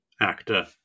actor